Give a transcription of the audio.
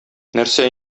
нәрсә